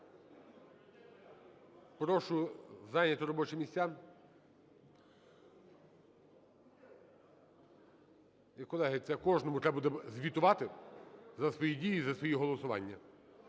Прошу зайняти робочі місця. І, колеги, це кожному треба буде звітувати за свої дії, за свої голосування.